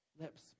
lips